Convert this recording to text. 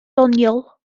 doniol